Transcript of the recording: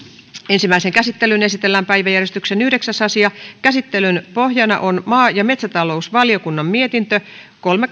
ensimmäiseen käsittelyyn esitellään päiväjärjestyksen yhdeksäs asia käsittelyn pohjana on maa ja metsätalousvaliokunnan mietintö kolme